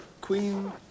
Queen